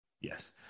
Yes